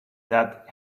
that